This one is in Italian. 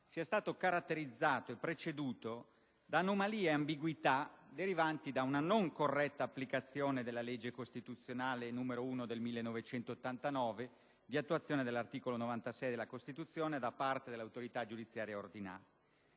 sia stato caratterizzato e preceduto da anomalie e ambiguità derivanti da una non corretta applicazione della legge costituzionale 16 gennaio 1989, n. 1, di attuazione dell'articolo 96 della Costituzione, da parte dell'autorità giudiziaria ordinaria.